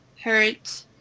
hurt